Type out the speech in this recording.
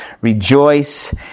rejoice